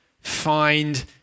find